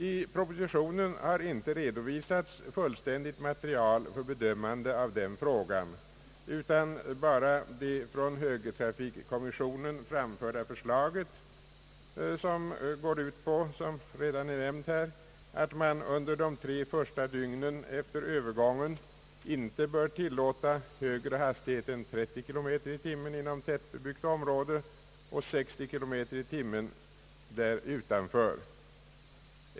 I propositionen har inte redovisats fullständigt material för bedömande av den frågan utan bara det från högertrafikkommissionen framförda förslaget, som går ut på — vilket redan är nämnt här — att man under de tre första dygnen efter övergången inte bör tillåta högre hastighet än 30 kilometer i timmen inom tätbebyggt område och 60 kilometer i timmen där utanför.